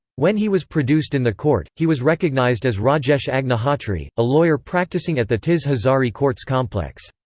when he was produced in the court, he was recognized as rajesh agnihotri, a lawyer practicing at the tis hazari courts complex.